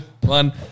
one